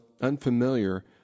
unfamiliar